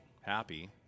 happy